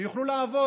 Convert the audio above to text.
ויוכלו לעבוד.